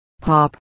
Pop